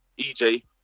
EJ